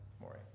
Maury